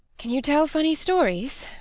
can you tell funny stories?